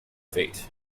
feet